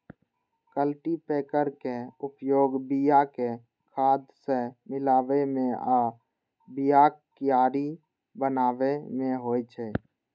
cultipacker के उपयोग बिया कें खाद सं मिलाबै मे आ बियाक कियारी बनाबै मे होइ छै